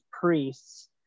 priests